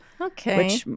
Okay